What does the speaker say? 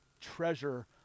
treasure